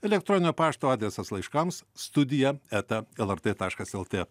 elektroninio pašto adresas laiškams studija eta lrt taškas lt